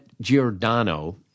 Giordano